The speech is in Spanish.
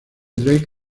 drake